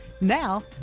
Now